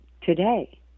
today